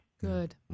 Good